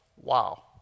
Wow